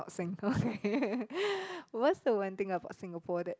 sing okay what's the one thing about Singapore that